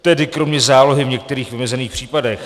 Tedy kromě zálohy v některých vymezených případech.